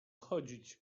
chodzić